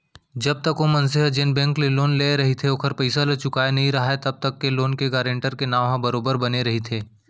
जब तक ओ मनसे ह जेन बेंक ले लोन लेय रहिथे ओखर पइसा ल चुकाय नइ राहय तब तक ले लोन के गारेंटर के नांव ह बरोबर बने रहिथे